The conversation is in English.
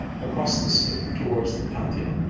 across the street towards the pantheon.